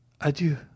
Adieu